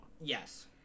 Yes